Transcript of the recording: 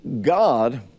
God